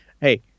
Hey